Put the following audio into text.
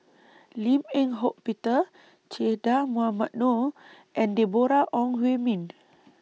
Lim Eng Hock Peter Che Dah Mohamed Noor and Deborah Ong Hui Min